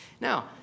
Now